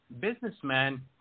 businessman